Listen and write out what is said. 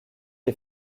est